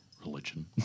religion